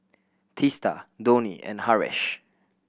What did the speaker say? Teesta Dhoni and Haresh